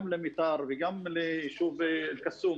גם למיתר וגם ליישוב אל קסום.